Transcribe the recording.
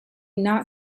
not